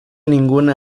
ninguna